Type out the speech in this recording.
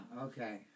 Okay